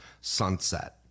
sunset